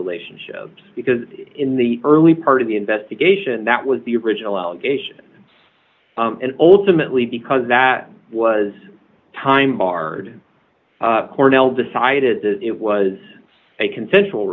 relationships because in the early part of the investigation that was the original allegation and ultimately because that was time barred cornell decided that it was a consensual